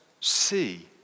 see